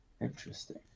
Interesting